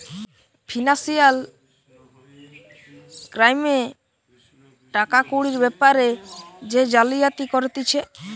financial ক্রাইমে টাকা কুড়ির বেপারে যে জালিয়াতি করতিছে